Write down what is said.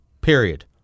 Period